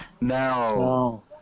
No